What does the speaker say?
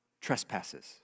trespasses